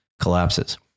collapses